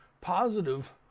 positive